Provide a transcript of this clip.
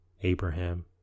Abraham